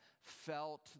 felt